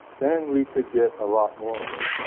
then we could get a lot more warning.